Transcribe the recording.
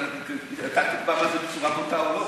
אתה תקבע מה זה בצורה בוטה או לא?